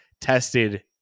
tested